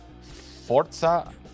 Forza